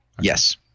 Yes